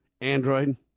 Android